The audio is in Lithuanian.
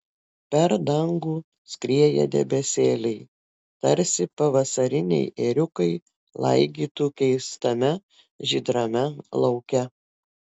per dangų skrieja debesėliai tarsi pavasariniai ėriukai laigytų keistame žydrame lauke